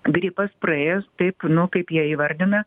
gripas praėjęs taip nu kaip jie įvardina